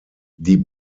die